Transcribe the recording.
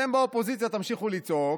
אפשר להגיד,